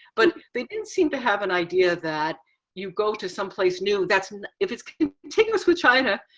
but they didn't seem to have an idea that you go to someplace new that if it's contiguous with china,